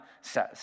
says